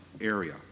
area